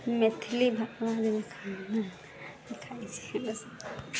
Maithili